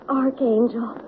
archangel